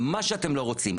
מה שאתם לא רוצים.